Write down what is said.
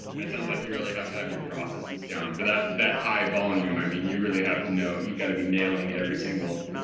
and it sounds like you really have to have your processes down for that, that high volume. i mean, you really have to know you've got to be nailing every single,